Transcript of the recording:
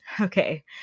Okay